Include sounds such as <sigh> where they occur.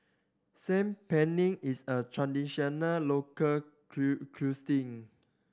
Saag Paneer is a traditional local <unintelligible>